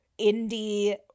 indie